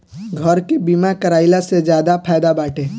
घर के बीमा कराइला से ज्यादे फायदा बाटे